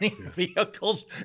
vehicles